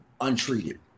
untreated